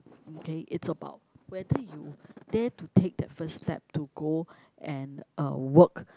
okay it's about whether you dare to take the first step to go and uh work